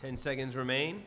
ten seconds remain